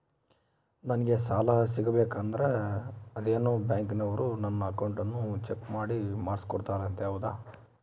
ನಂಗೆ ಸಾಲ ಸಿಗಬೇಕಂದರ ಅದೇನೋ ಬ್ಯಾಂಕನವರು ನನ್ನ ಅಕೌಂಟನ್ನ ಚೆಕ್ ಮಾಡಿ ಮಾರ್ಕ್ಸ್ ಕೊಡ್ತಾರಂತೆ ಹೌದಾ?